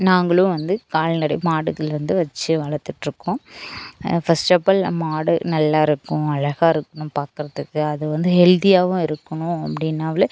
நாங்களும் வந்து கால்நடை மாடுகள் வந்து வச்சு வளர்த்துட்டு இருக்கோம் ஃபர்ஸ்ட்டஃபால் மாடு நல்லாருக்கும் அழகாக இருக்கணும் பார்க்குறதுக்கு அது வந்து ஹெல்த்தியாவும் இருக்கணும் அப்படினாவில்